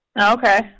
Okay